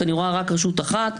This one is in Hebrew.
אני רואה רק רשות אחת,